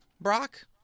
Brock